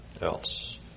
else